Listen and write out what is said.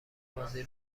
بازی